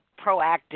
proactive